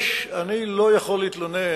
יש, אני לא יכול להתלונן.